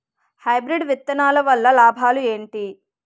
Hybrid విత్తనాలు వల్ల లాభాలు ఏంటి?